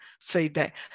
feedback